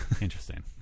Interesting